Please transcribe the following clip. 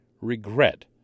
regret